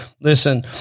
Listen